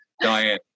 Diane